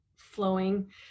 flowing